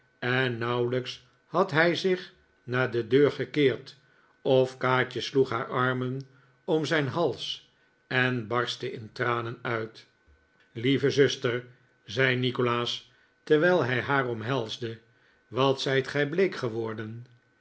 en nauwelijks had hij zich naar de deur gekeerd of kaatje sloeg haar armen om zijn hals en barstte in tranen uit lieve zuster zei nikolaas terwijl hij haar omhelsde wat zijt gij bleek geworden